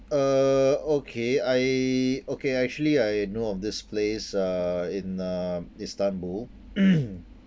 uh okay I okay I actually I know of this place uh in uh istanbul